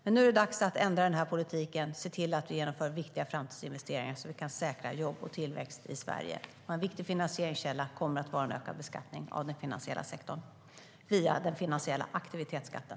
Men nu är det dags att ändra den politiken och se till att genomföra viktiga framtidsinvesteringar så att vi kan säkra jobb och tillväxt i Sverige. En viktig finansieringskälla kommer att vara ökad beskattning av den finansiella sektorn, via den finansiella aktivitetsskatten.